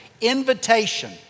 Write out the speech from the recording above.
Invitation